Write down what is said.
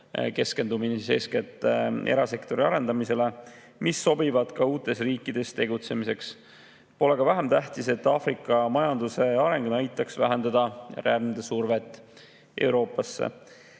keskendumine eeskätt erasektori arendamisele –, mis sobivad ka uutes riikides tegutsemiseks. Pole ka vähem tähtis, et Aafrika majanduse areng aitaks vähendada rändesurvet Euroopale.